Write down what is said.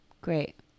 Great